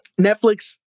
Netflix